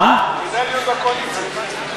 תדאג להיות בקואליציה.